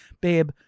Babe